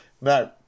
No